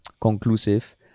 conclusive